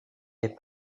est